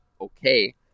Okay